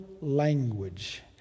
language